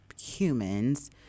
humans